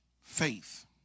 Faith